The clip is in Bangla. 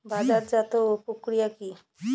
বাজারজাতও প্রক্রিয়া কি?